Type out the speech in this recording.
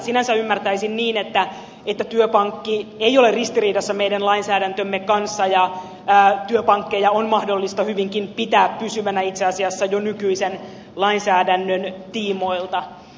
sinänsä ymmärtäisin niin että työpankki ei ole ristiriidassa meidän lainsäädäntömme kanssa ja työpankkeja on mahdollista hyvinkin pitää pysyvinä itse asiassa jo nykyisen lainsäädännön tiimoilta